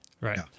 Right